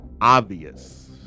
obvious